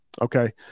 Okay